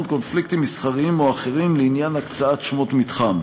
קונפליקטים מסחריים או אחרים לעניין הקצאת שמות מתחם.